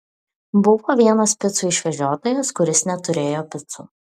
buvo vienas picų išvežiotojas kuris neturėjo picų